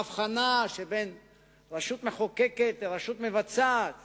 ואלה הופכים לנכס של גוף פרטי שמנהל אותו כראות עיניו,